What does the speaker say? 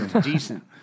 Decent